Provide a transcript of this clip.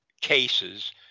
cases